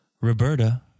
roberta